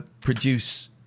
produce